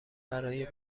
برای